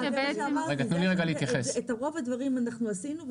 את רוב הדברים עשינו.